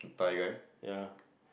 ya